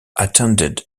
attended